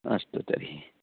अस्तु तर्हि